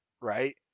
right